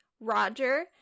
Roger